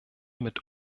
mit